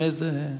באיזה,